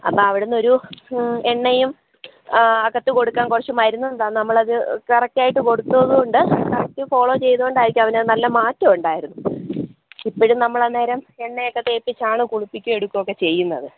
അപ്പം അവിടുന്നൊരു എണ്ണയും അകത്തുകൊടുക്കാൻ കുറച്ച് മരുന്നും തന്ന് നമ്മളത് കറക്റ്റായിട്ട് കൊടുത്തതുകൊണ്ട് കറക്റ്റ് ഫോള്ളോ ചെയ്തത് കൊണ്ടാരിക്കും അവന് നല്ല മാറ്റമുണ്ടായിരുന്നു ഇപ്പൊഴും നമ്മളന്നേരം എണ്ണയൊക്കെ തേപ്പിച്ചാണ് കുളിപ്പിക്കേം യെടുക്കുമൊക്കെ ചെയ്യുന്നത്